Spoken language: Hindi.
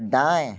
दाएं